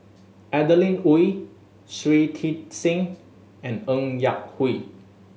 Adeline Ooi Shui Tit Sing and Ng Yak Whee